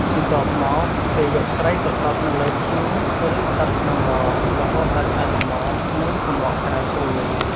បន្ទាប់មក គេយកត្រីទៅដុតនៅលើធ្យូង ឬដុតក្នុងឡ រហូតដល់ឆ្អិនល្មម និងសំបកក្រៅស្រួយ។